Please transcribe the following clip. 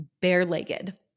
bare-legged